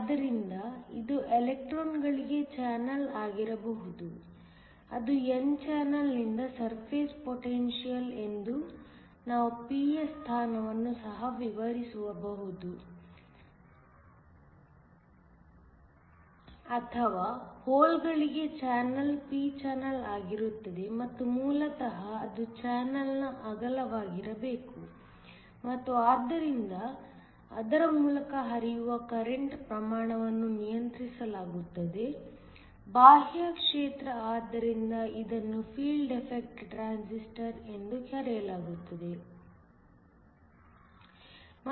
ಆದ್ದರಿಂದ ಇದು ಎಲೆಕ್ಟ್ರಾನ್ಗಳಿಗೆ ಚಾನಲ್ ಆಗಿರಬಹುದು ಅದು n ಚಾನಲ್ ನಿಂದ ಸರ್ಫೇಸ್ ಪೊಟೆನ್ಶಿಯಲ್ ಎಂದು ನಾವು P ಯ ಸ್ಥಾನವನ್ನು ಸಹ ವಿವರಿಸಬಹುದು ಆಗಿರುತ್ತದೆ ಅಥವಾ ಹೋಲ್ಗಳಿಗೆ ಚಾನಲ್ p ಚಾನಲ್ ಆಗಿರುತ್ತದೆ ಮತ್ತು ಮೂಲತಃ ಅದು ಚಾನಲ್ನ ಅಗಲವಾಗಿರಬೇಕು ಮತ್ತು ಆದ್ದರಿಂದ ಅದರ ಮೂಲಕ ಹರಿಯುವ ಕರೆಂಟ್ ಪ್ರಮಾಣವನ್ನು ನಿಯಂತ್ರಿಸಲಾಗುತ್ತದೆ ಬಾಹ್ಯ ಕ್ಷೇತ್ರ ಆದ್ದರಿಂದ ಇದನ್ನು ಫೀಲ್ಡ್ ಎಫೆಕ್ಟ್ ಟ್ರಾನ್ಸಿಸ್ಟರ್ ಎಂದು ಕರೆಯಲಾಯಿತು